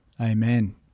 amen